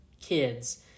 kids